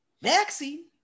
Vaccine